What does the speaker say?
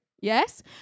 yes